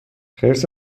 خرس